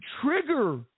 trigger